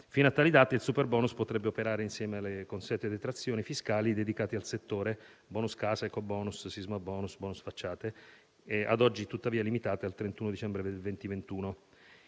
Fino a tali date il superbonus potrebbe operare insieme alle consuete detrazioni fiscali dedicate al settore (*bonus* casa, ecobonus, sismabonus, *bonus* facciate), ad oggi tuttavia limitate al 31 dicembre 2021.